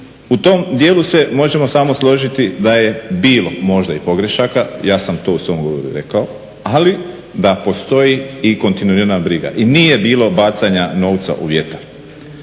u tom dijelu se možemo samo složiti da je bilo možda i pogrešaka, ja sam to u svom govoru rekao, ali da postoji i kontinuirana briga. I nije bilo bacanja novca u vjetar.